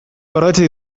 gordetzen